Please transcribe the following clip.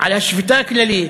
על השביתה הכללית,